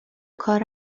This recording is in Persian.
کار